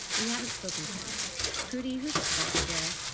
we haven't spoken since prudy. who's at fault here?